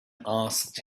asked